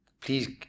please